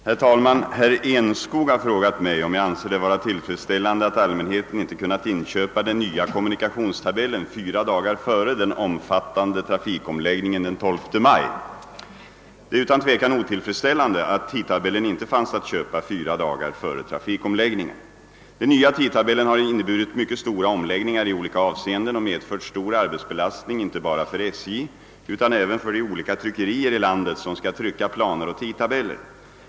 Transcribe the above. Herr talman! Herr Enskog har frågat mig om jag anser det vara tillfredsställande att allmänheten inte kunnat inköpa den nya kommunikationstabellen fyra dagar före den omfattande trafikomläggningen den 12 maj. Det är utan tvekan otillfredsställande att tidtabellen inte fanns att köpa fyra dagar före trafikomläggningen. Den nya tidtabellen har inneburit mycket stora omläggningar i olika avseenden och medfört stor arbetsbelastning, inte bara för SJ utan även för de olika tryckerier i landet som skall trycka planer och tidtabeller.